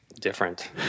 different